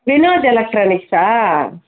Vinod ఎలక్ట్రానిక్సా